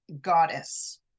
goddess